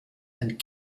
and